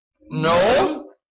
No